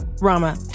Rama